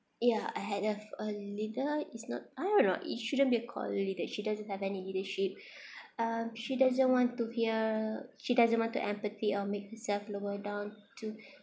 ya I had uh a leader it's not I don't know it shouldn't be called it leader she doesn't have any leadership uh she doesn't want to hear she doesn't want to empathy or make herself lower down to